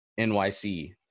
NYC